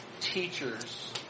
teachers